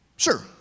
Sure